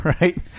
right